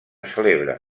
celebra